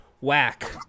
whack